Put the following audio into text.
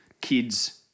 kids